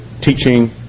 teaching